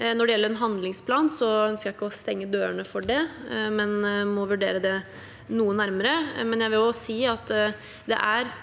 Når det gjelder en handlingsplan, ønsker jeg ikke å stenge dørene for det, men må vurdere det noe nærmere. Jeg vil også si at det er